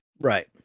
Right